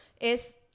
es